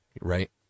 right